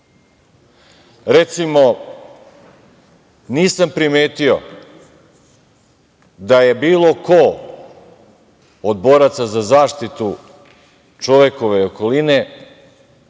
veka. Recimo, nisam primetio da je bilo ko od boraca za zaštitu čovekove okoline,